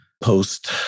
post